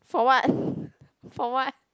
for what for what